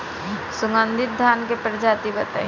सुगन्धित धान क प्रजाति बताई?